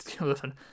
listen